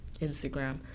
Instagram